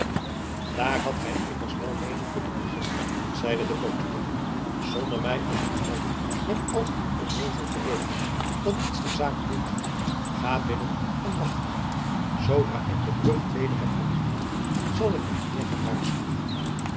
daar hadt gij immers wel mede kunnen beginnen zeide de portier zonder mij op te houden met al uw onnoozel gereutel dat niets ter zake doet ga binnen en wacht mij zoodra ik de brug weder heb opgehaald zal ik mijn heer gaan waarschuwen